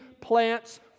plants